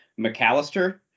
McAllister